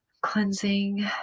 cleansing